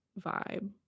vibe